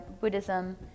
Buddhism